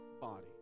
body